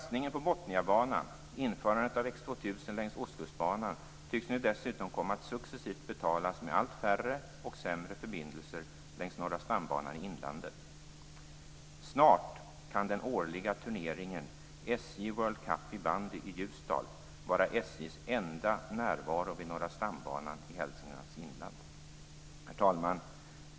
X 2000 längs Ostkustbanan tycks nu dessutom komma att successivt betalas med allt färre och sämre förbindelser längs Norra stambanan i inlandet. Snart kan den årliga turneringen SJ World Cup i bandy i Ljusdal vara SJ:s enda närvaro vid Norra stambanan i Herr talman!